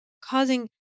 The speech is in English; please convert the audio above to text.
causing